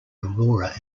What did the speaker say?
aurora